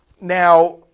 now